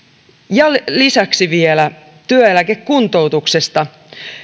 ja lisäksi vielä työeläkekuntoutuksesta